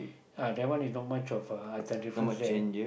uh that one is not much of a difference there